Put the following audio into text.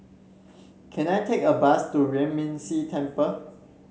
can I take a bus to Yuan Ming Si Temple